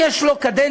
יש לו קדנציה,